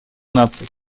наций